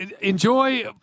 Enjoy